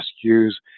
use